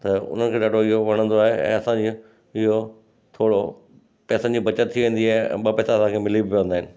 त उन्हनि खे ॾाढो इहो वणंदो आहे ऐं असां ईअं इहो थोरो पेसनि जी बचतु थी वेंदी आहे ऐं ॿ पैसा असांखे मिली बि वेंदा आहिनि